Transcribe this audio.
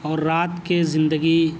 اور رات کے زندگی